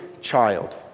child